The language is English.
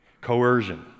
Coercion